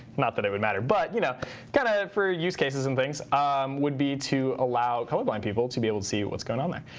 not that it would matter, but you know kind of for use cases and things would be to allow colorblind people to be able to see what's on there.